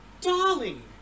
Darling